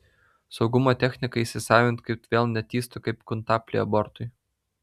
saugumo techniką įsisavint kad vėl netįstų kaip kuntaplį abortui